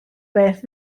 beth